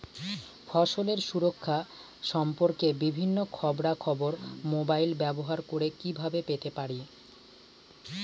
ফসলের সুরক্ষা সম্পর্কে বিভিন্ন খবরা খবর মোবাইল ব্যবহার করে কিভাবে পেতে পারি?